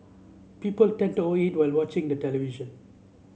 people tend to over eat while watching the television